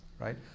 right